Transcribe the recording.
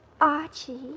Archie